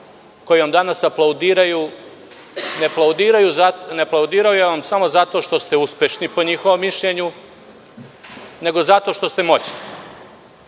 koji vam danas aplaudiraju ne aplaudiraju vam samo zato što ste uspešni po njihovom mišljenju, nego zato što ste moćni.